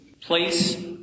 place